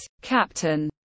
Captain